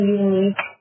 unique